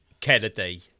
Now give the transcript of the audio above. Kennedy